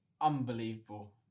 Unbelievable